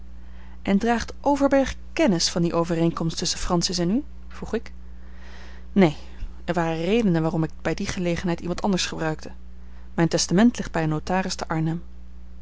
en draagt overberg kennis van die overeenkomst tusschen francis en u vroeg ik neen er waren redenen waarom ik bij die gelegenheid iemand anders gebruikte mijn testament ligt bij een notaris te arnhem